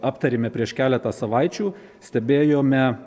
aptarėme prieš keletą savaičių stebėjome